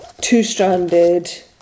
two-stranded